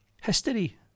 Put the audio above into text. History